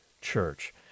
Church